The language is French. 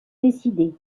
décidée